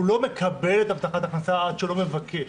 הוא לא מקבל את הבטחת ההכנסה עד שהוא לא מבקש.